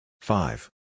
Five